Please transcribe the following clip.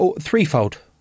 threefold